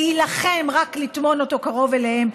להילחם רק כדי לטמון אותו קרוב אליהם,